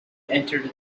entered